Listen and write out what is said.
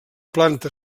planta